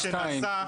שתיים.